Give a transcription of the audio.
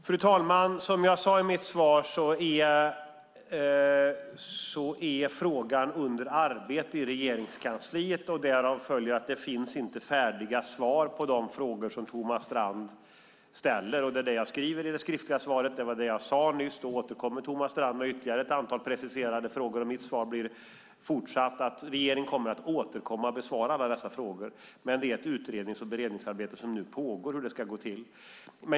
Fru talman! Som jag sade i mitt svar är frågan under arbete i Regeringskansliet, och därav följer att det inte finns färdiga svar på de frågor som Thomas Strand ställer. Det är det jag skriver i det skriftliga svaret, och det var det jag sade nyss. Ändå återkommer Thomas Strand med ett ytterligare ett antal preciserade frågor. Mitt svar blir fortsatt att regeringen kommer att återkomma och besvara alla dessa frågor. Men det pågår nu ett utrednings och beredningsarbete om hur det ska gå till.